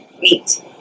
Meat